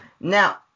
Now